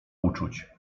uczuć